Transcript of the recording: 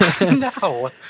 No